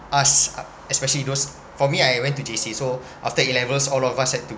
us especially those for me I went to J_C so after A levels all of us had to